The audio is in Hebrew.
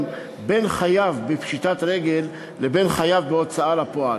בין חייב בפשיטת רגל לבין חייב בהוצאה לפועל,